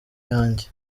yanjye